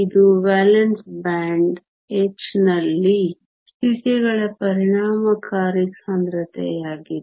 ಇದು valency band h ನಲ್ಲಿ ಸ್ಥಿತಿಗಳ ಪರಿಣಾಮಕಾರಿ ಸಾಂದ್ರತೆಯಾಗಿದೆ